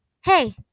Hey